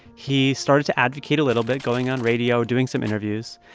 he started to advocate a little bit, going on radio, doing some interviews,